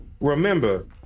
Remember